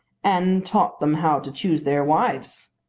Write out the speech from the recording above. and taught them how to choose their wives,